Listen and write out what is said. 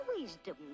wisdom